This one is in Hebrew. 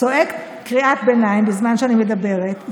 צועק קריאת ביניים בזמן שאני מדברת,